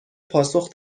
پاسخ